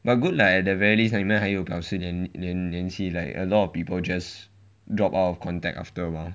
but good lah at the very least 你们还有保持联联系 like a lot of people just drop out of contact after awhile